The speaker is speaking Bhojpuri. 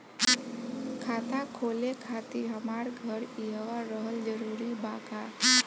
खाता खोले खातिर हमार घर इहवा रहल जरूरी बा का?